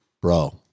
Bro